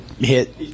hit